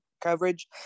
coverage